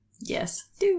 yes